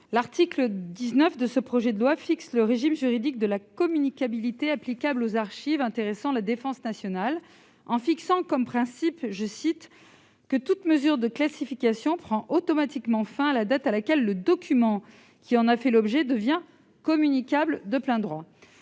L'article 19 fixe le régime juridique de la communicabilité applicable aux archives intéressant la défense nationale, en posant comme principe que « toute mesure de classification [...] prend automatiquement fin à la date à laquelle le document qui en a fait l'objet devient communicable de plein droit ».